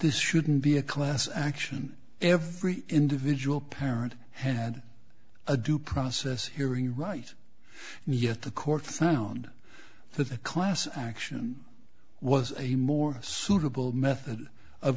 this shouldn't be a class action every individual parent had a due process hearing right yet the court found that the class action was a more suitable method of